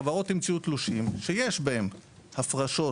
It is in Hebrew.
החברות המציאו תלושים שיש בהם הפרשות